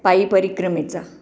पायी परिक्रमेचा